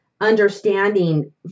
understanding